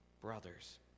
brothers